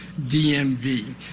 DMV